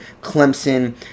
Clemson